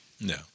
No